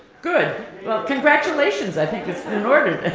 good. well congratulations i think is in order